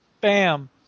Bam